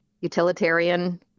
utilitarian